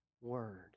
word